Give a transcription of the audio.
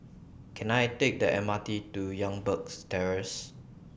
Can I Take The M R T to Youngberg Terrace